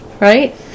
right